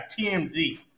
TMZ